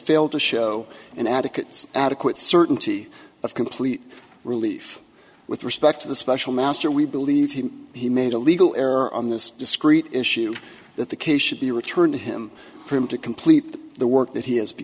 failed to show an adequate adequate certainty of complete relief with respect to the special master we believe he made a legal error on this discrete issue that the case should be returned to him for him to complete the work that he has